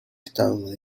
estados